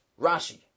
rashi